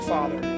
Father